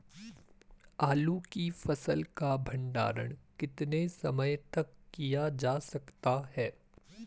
आलू की फसल का भंडारण कितने समय तक किया जा सकता है?